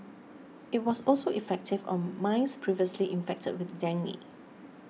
it was also effective on mice previously infected with dengue